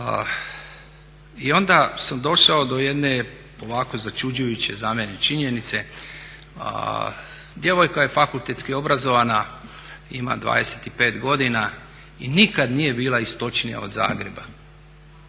i onda sam došao do jedne ovako začuđujuće za mene činjenice, djevojka je fakultetski obrazovana, ima 25 godina i nikada nije bila istočnija od Zagreba.